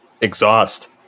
exhaust